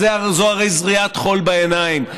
זו הרי זריית חול בעיניים.